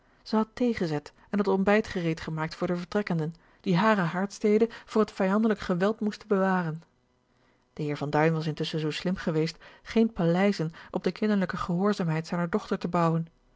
had thee gezet en het ontbijt gereed gemaakt voor de vertrekkenden die hare haardstede voor het vijandelijk geweld moesten bewaren de heer van duin was intusschen zoo slim geweest geene paleizen op de kinderlijke gehoorzaamheid zijner dochter te bouwen